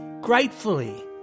gratefully